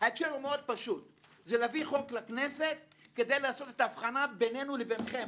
הוא פשוט מאוד: להביא חוק לכנסת כדי לעשות את ההבחנה בינינו לביניכם.